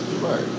Right